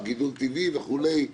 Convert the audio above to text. גידול טבעי וכולי.